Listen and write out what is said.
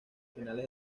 finales